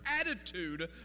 attitude